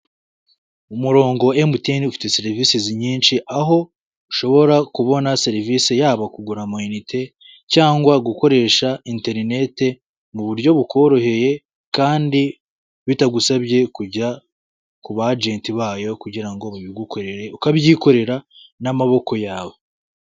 Umurongo MTN ufite serivise nyinshi aho ushobora kubona serivise yabo kugura amayinite cyangwa gukoresha interinete mu buryo bukoroheye kandi bitagusabye kujya ku bagenti bayo kugira ngo babigukorere, ukabyikorera n'amaboko yawe.